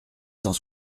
cent